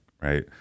right